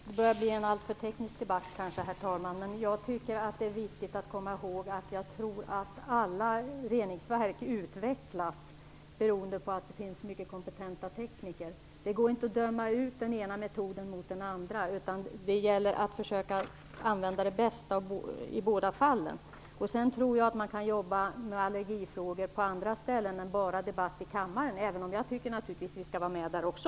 Herr talman! Det börjar kanske bli en alltför teknisk debatt. Men jag tycker att det är viktigt att komma ihåg att alla reningsverk utvecklas beroende på att det finns så många kompetenta tekniker. Det går inte att döma ut den ena metoden till förmån för den andra. Det gäller att försöka använda det bästa i båda fallen. För övrigt tror jag att man kan jobba med allergifrågor på andra ställen än bara med debatt i kammaren, även om jag naturligtvis tycker att vi skall vara med där också.